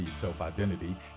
self-identity